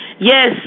Yes